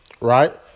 right